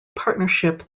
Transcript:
partnership